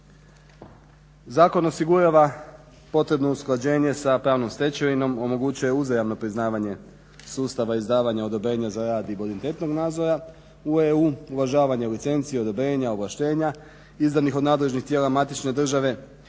Zakon osigurava potrebno usklađenje sa pravnom stečevinom, omogućuje uzajamno priznavanje sustava izdavanja odobrenja za rad i bonitetnog nadzora u EU, uvažavanje licencije, odobrenja, ovlaštenja izdanih od nadležnih tijela matične države